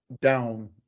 down